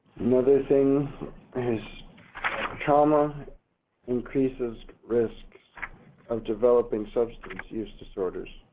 another thing is trauma increases risk of developing substance use disorders,